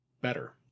better